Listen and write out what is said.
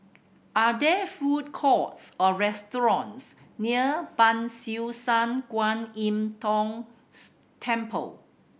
are there food courts or restaurants near Ban Siew San Kuan Im Tng Temple